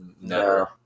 No